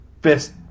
best